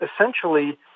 essentially